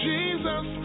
Jesus